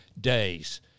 days